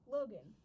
Logan